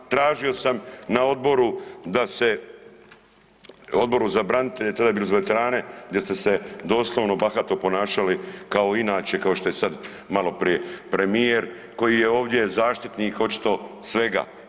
Tražio sam na odboru da se Odboru za branitelje, tada je bio za veterane gdje ste se doslovno bahato ponašali kao inače kao što je sada malo prije premijer koji je ovdje zaštitnik očito svega.